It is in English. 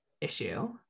issue